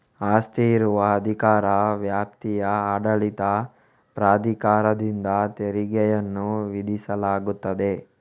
ಆಸ್ತಿ ಇರುವ ಅಧಿಕಾರ ವ್ಯಾಪ್ತಿಯ ಆಡಳಿತ ಪ್ರಾಧಿಕಾರದಿಂದ ತೆರಿಗೆಯನ್ನು ವಿಧಿಸಲಾಗುತ್ತದೆ